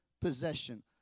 possession